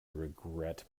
regret